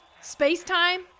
Space-time